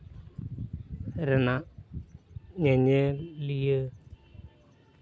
ᱨᱮᱱᱟᱜ ᱧᱮᱧᱮᱞᱤᱭᱟᱹ